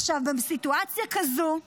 עכשיו, בסיטואציה כזאת,